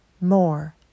more